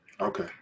Okay